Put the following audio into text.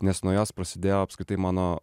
nes nuo jos prasidėjo apskritai mano